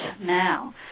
now